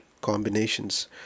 combinations